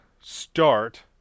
start